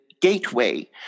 gateway